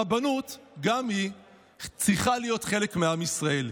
הרבנות גם היא צריכה להיות חלק מעם ישראל.